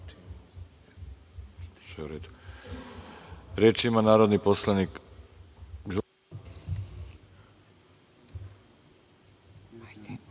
Reč ima narodni poslanik